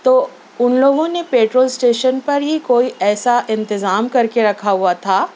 تو اُن لوگوں نے پیٹرول اسٹیشن پر ہی کوئی ایسا انتظام کر کے رکھا ہُوا تھا